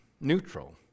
neutral